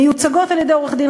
מיוצגות על-ידי עורך-דין,